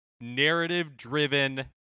narrative-driven